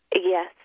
yes